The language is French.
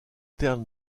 termes